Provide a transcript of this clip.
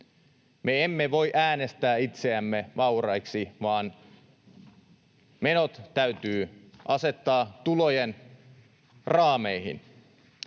Me emme voi äänestää itseämme vauraiksi, vaan menot täytyy asettaa tulojen raameihin.